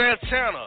Santana